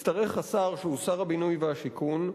יצטרך השר, שהוא שר הבינוי והשיכון,